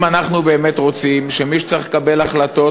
אם אנחנו באמת רוצים שמי שצריך לקבל החלטות